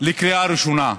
לקריאה ראשונה,